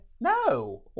No